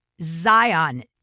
Zion